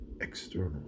external